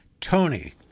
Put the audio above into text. Tony